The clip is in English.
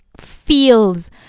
feels